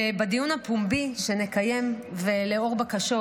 ובדיון הפומבי שנקיים לאור בקשות,